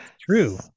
true